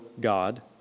God